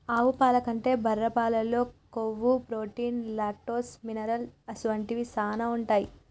ఆవు పాల కంటే బర్రె పాలల్లో కొవ్వు, ప్రోటీన్, లాక్టోస్, మినరల్ అసొంటివి శానా ఉంటాయి